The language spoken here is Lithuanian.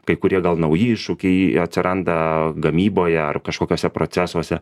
kai kurie gal nauji iššūkiai atsiranda gamyboje ar kažkokiuose procesuose